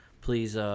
please